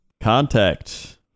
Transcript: contact